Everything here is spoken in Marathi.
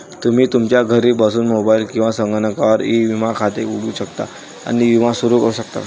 तुम्ही तुमच्या घरी बसून मोबाईल किंवा संगणकावर ई विमा खाते उघडू शकता आणि विमा सुरू करू शकता